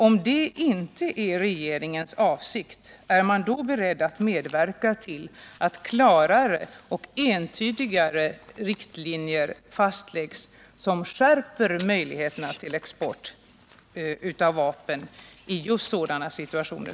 Om detta inte är regeringens avsikt, är regeringen då beredd att medverka till att klarare och entydigare riktlinjer fastläggs som skärper kraven för export av vapen i just sådana här situationer?